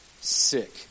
sick